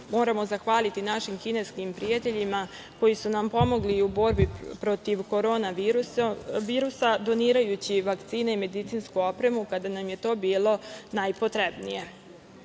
moramo zahvaliti našim kineskim prijateljima koji su nam pomogli u borbi protiv korona virusa donirajući vakcine i medicinsku opremu kada nam je to bilo najpotrebnije. Sve